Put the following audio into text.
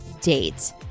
date